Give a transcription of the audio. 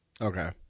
Okay